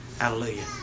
Hallelujah